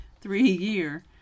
three-year